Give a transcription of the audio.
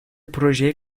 projeye